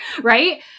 right